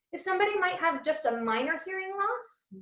if somebody might have just a minor hearing loss,